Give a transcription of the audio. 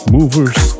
Movers